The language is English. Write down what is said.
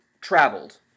traveled